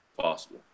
Possible